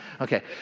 Okay